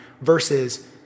versus